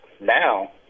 Now